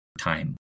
time